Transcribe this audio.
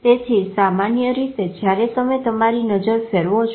તેથી સામાન્ય રીતે જયારે તમે તમારી નજર ફેરવો છો